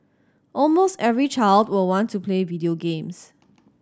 almost every child will want to play video games